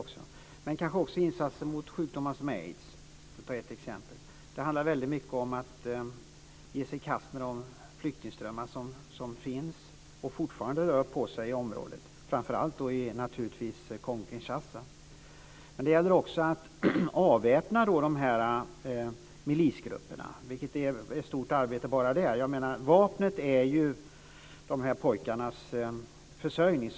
Det gäller kanske också insatser mot sjukdomar som aids, för att ta ett exempel. Det handlar väldigt mycket om att ge sig i kast med de flyktingströmmar som finns och fortfarande rör på sig i området, framför allt i Kongo Men det gäller också att avväpna de här milisgrupperna, vilket är ett stort arbete bara det. Vapnet är ju de här pojkarnas försörjning.